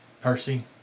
Percy